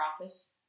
office